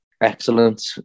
excellent